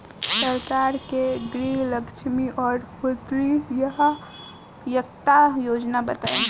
सरकार के गृहलक्ष्मी और पुत्री यहायता योजना बताईं?